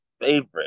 favorite